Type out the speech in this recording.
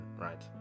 right